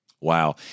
Wow